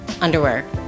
underwear